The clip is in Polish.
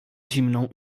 zimną